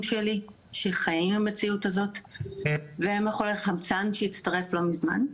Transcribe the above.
שלי שחיים את המציאות הזו ומיכל החמצן שהצטרף לא מזמן.